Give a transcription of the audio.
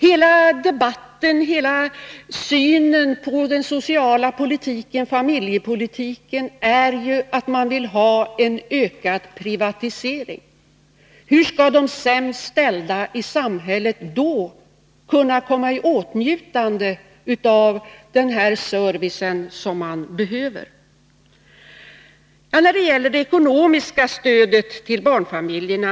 Hela debatten och synen på den sociala politiken och familjepolitiken visar på att man vill ha en ökad privatisering. Hur skall de sämst ställda i samhället då kunna komma i åtnjutande av den service som de behöver? Så något om det ekonomiska stödet till barnfamiljerna.